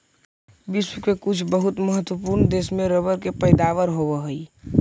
विश्व के कुछ बहुत महत्त्वपूर्ण देश में रबर के पैदावार होवऽ हइ